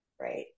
Right